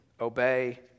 Obey